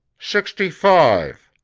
sixty five,